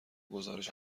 گزارش